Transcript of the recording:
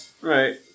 right